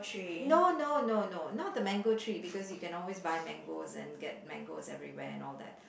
no no no no not the mango tree because you can always buy mangoes and get mangoes everywhere and all that